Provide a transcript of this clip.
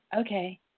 okay